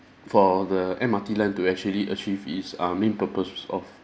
for the M_R_T line to actually achieve its um main purposes of